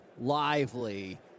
Lively